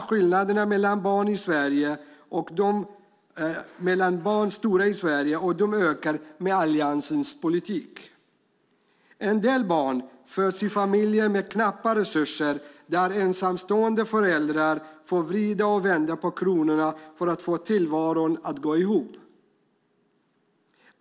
Skillnaderna mellan barn är fortfarande stora i Sverige, och de ökar med Alliansens politik. En del barn föds i familjer med knappa resurser där ensamstående föräldrar får vrida och vända på slantarna för att få tillvaron att gå ihop.